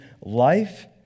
life